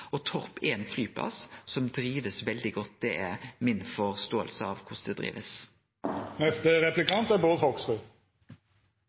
Torp er ein flyplass som blir driven veldig godt – det er mi forståing av korleis det